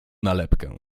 nalepkę